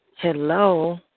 Hello